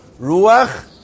Ruach